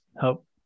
help